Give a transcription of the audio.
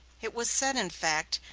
it was said, in fact,